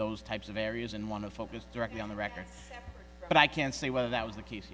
those types of areas and want to focus directly on the record but i can't say whether that was the case